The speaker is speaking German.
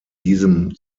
diesem